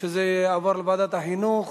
שזה יעבור לוועדת החינוך,